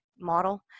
Model